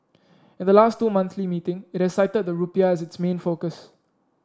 at the last two monthly meeting it has cited the rupiah as its main focus